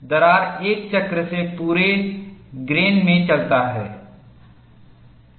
दरार 1 चक्र से पूरे ग्रेन में चलता है